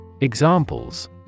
Examples